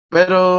Pero